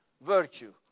virtue